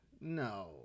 no